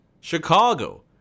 Chicago